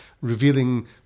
revealing